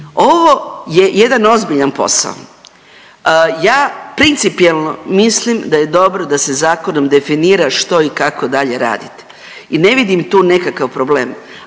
ovo je jedan ozbiljan posao. Ja principijelno mislim da je dobro da se zakonom definira što i kako dalje raditi i ne vidim tu nekakav problem,